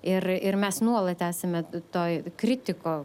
ir ir mes nuolat esame toj kritiko